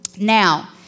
Now